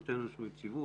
נותן לנו איזושהי יציבות,